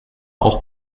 auch